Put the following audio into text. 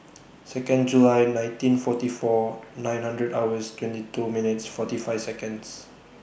Second July nineteen forty four nine hundred hours twenty two minutes forty five Seconds